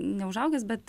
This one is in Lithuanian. neužaugęs bet